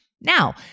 Now